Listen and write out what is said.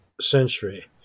century